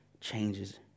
changes